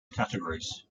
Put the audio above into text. categories